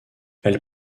elle